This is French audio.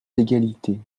d’égalité